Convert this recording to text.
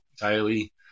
daily